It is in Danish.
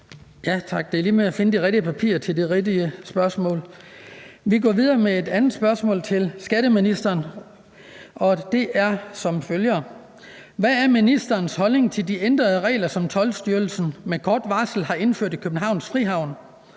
Det er lige med at finde de rigtige papirer til det rigtige spørgsmål. Vi går videre med et andet spørgsmål til skatteministeren, og det er, som følger: Hvad er ministerens holdning til de ændrede regler, som Toldstyrelsen med kort varsel har indført i Københavns Frihavn